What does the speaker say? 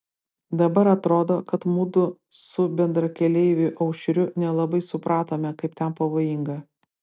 dabar atrodo kad mudu su bendrakeleiviu aušriu nelabai supratome kaip ten pavojinga